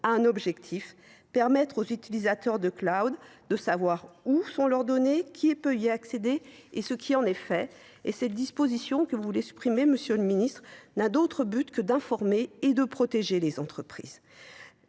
a un objectif : permettre aux utilisateurs de de savoir où sont leurs données, qui peut y accéder et ce qui en est fait. Cette disposition, que vous voulez supprimer, monsieur le ministre, n’a d’autre but que d’informer et protéger les entreprises.